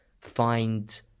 find